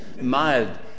mild